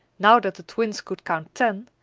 now that the twins could count ten,